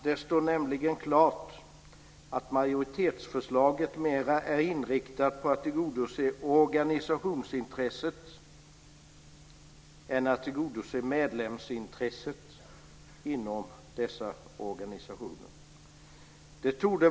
Det står nämligen klart att majoritetsförslaget mer är inriktat på att tillgodose organisationsintresset än på att tillgodose medlemsintresset inom dessa organisationer.